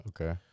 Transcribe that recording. Okay